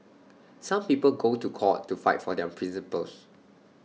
some people go to court to fight for their principles